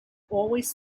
always